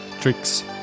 tricks